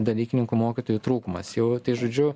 dalykininkų mokytojų trūkumas jau tai žodžiu